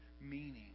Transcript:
meaning